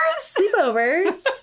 Sleepovers